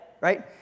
right